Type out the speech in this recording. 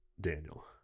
Daniel